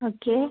okay